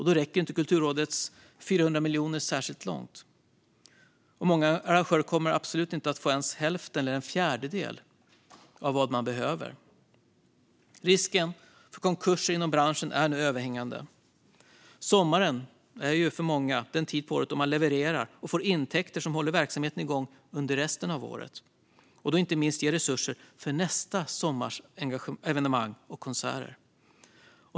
Då räcker inte Kulturrådets 400 miljoner särskilt långt. Många arrangörer kommer inte att få ens hälften eller en fjärdedel av vad de behöver. Risken för konkurser inom branschen är nu överhängande. Sommaren är ju för många den tid på året när man levererar och får intäkter som håller verksamheten igång under resten av året och som inte minst ger resurser för nästa sommars evenemang och konserter.